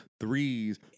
threes